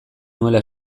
nuela